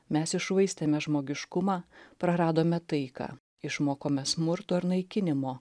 mes iššvaistėme žmogiškumą praradome taiką išmokome smurto ir naikinimo